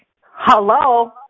Hello